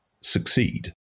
succeed